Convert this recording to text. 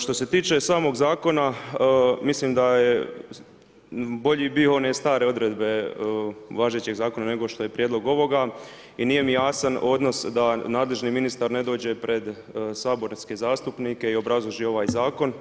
Što se tiče samog zakona mislim da su bolje bile one stare odredbe važećeg zakona nego što je prijedlog ovoga i nije mi jasan odnos da nadležni ministar ne dođe pred saborske zastupnike i ne obrazloži ovaj zakon.